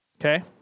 Okay